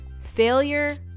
Failure